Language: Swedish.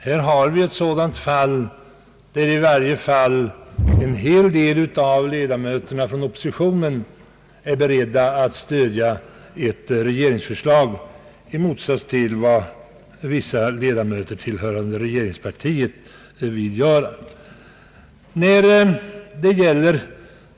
Här har vi ett sådant fall, då i alla händelser en hel del av ledamöterna från oppositionen är beredda att stödja ett regeringsförslag i motsats till vad vissa ledamöter tillhörande regeringspartiet vill göra.